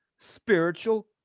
spiritual